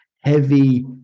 heavy